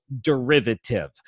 derivative